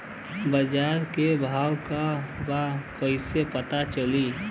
बाजार के भाव का बा कईसे पता चली?